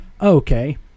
okay